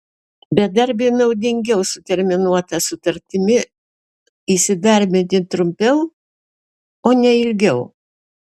bedarbiui naudingiau su terminuota sutartimi įsidarbinti trumpiau o ne ilgiau